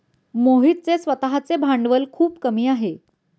मोहितचे स्वतःचे भांडवल खूप कमी आहे